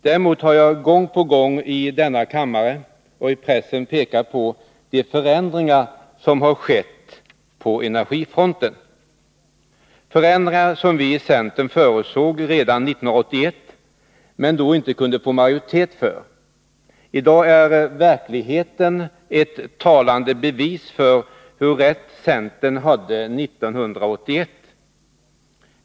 Däremot har jag gång på gång i denna kammare och i pressen pekat på de förändringar som har skett på energifronten, förändringar som vi i centern förutsåg redan 1981, men då inte kunde få majoritet för. I dag är verkligheten ett talande bevis för hur rätt centern hade 1981.